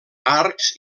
arcs